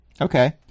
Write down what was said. Okay